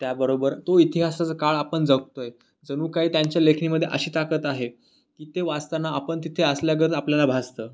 त्याबरोबर तो इतिहासाचा काळ आपण जगतो आहे जणू काही त्यांच्या लेखणीमध्ये अशी ताकद आहे की ते वाचताना आपण तिथे असल्यागत आपल्याला भासतं